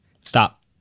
Stop